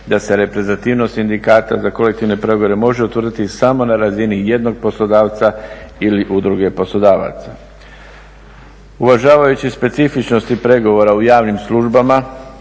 da se reprezentativnost sindikata za kolektivne pregovore može utvrditi samo na razini jednog poslodavca ili udruge poslodavaca. Uvažavajući specifičnosti pregovora u javnim službama